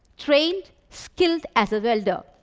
trained, skilled as a welder.